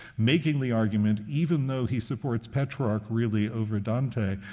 making the argument, even though he supports petrarch, really, over dante,